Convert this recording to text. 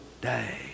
day